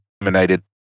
eliminated